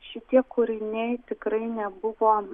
šitie kūriniai tikrai nebuvo